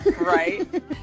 right